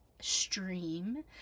stream